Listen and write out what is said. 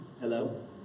Hello